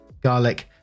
garlic